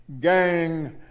gang